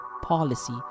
policy